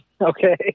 okay